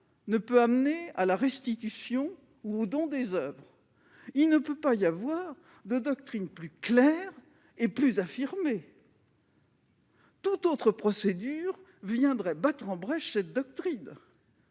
ne peut conduire à la restitution ou au don des oeuvres. Il ne peut pas y avoir de doctrine plus claire et plus affirmée ! Toute autre procédure viendrait la battre en brèche et serait